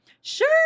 Sure